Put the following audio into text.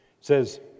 says